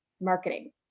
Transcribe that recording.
marketing